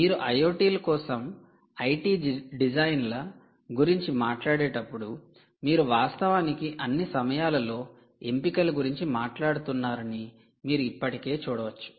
మీరు IoT ల కోసం IT డిజైన్ల గురించి మాట్లాడేటప్పుడు మీరు వాస్తవానికి అన్ని సమయాలలో ఎంపికల గురించి మాట్లాడుతున్నారని మీరు ఇప్పటికే చూడవచ్చు